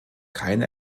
keine